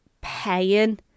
paying